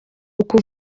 uko